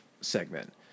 segment